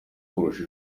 kurusha